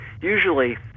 usually